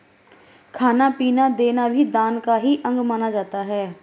खाना पीना देना भी दान का ही अंग माना जाता है